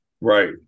right